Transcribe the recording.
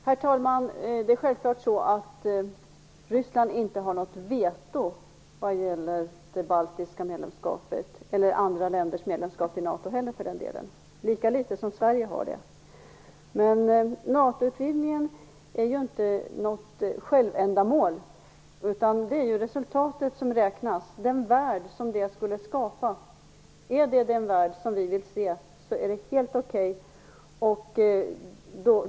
Herr talman! Det är självklart att Ryssland inte har något veto vad gäller andra länders medlemskap i NATO, lika litet som Sverige har det. Men NATO utvidgningen är inte något självändamål, utan det är resultatet som räknas, den värld som det skulle skapa. Är det den värld som vi vill se, är det helt okej.